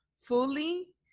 fully